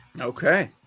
Okay